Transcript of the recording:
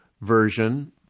version